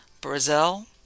Brazil